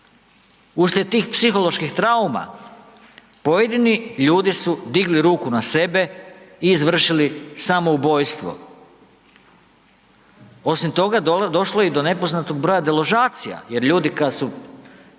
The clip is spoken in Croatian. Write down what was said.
Uslijed tih psiholoških trauma, pojedini ljudi su digli ruke na sebe i izvršili samoubojstvo. Osim toga, došlo je i do nepoznatog broja deložacija jer ljudi kad su